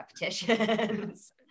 repetitions